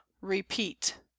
repeat